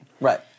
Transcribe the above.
Right